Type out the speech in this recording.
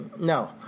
no